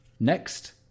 Next